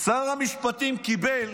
שר המשפטים קיבל